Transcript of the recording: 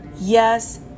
Yes